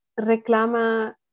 Reclama